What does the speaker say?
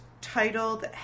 titled